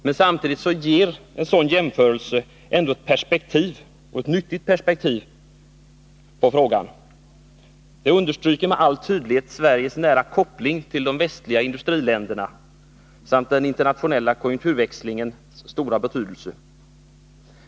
Men samtidigt ger en sådan jämförelse ändå ett nyttigt perspektiv på frågan. Det understryker med all tydlighet Sveriges nära koppling till de västerländska industriländerna och den internationella konjunkturväxlingens stora betydelse.